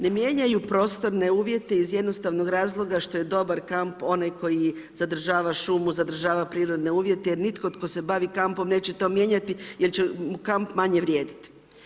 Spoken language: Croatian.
Ne mijenjaju prostor, ne uvjete iz jednostavnog razloga što je dobar kamp onaj zadržava šumu, zadržava prirodne uvjete jer nitko tko se bavi kampom neće to mijenjati jer će mu kamp manje vrijediti.